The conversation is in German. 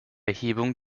erhebung